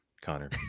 Connor